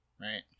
Right